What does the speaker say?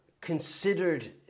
considered